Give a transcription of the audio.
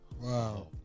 Wow